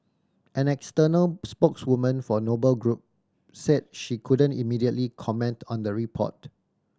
an external spokeswoman for Noble Group said she couldn't immediately comment on the report